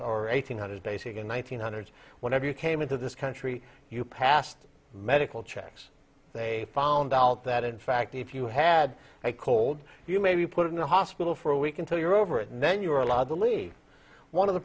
or eight hundred basic in one thousand nine hundred whenever you came into this country you passed medical checks they found out that in fact if you had a cold you may be put in the hospital for a week until you're over it and then you are allowed to leave one of the